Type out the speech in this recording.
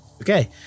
Okay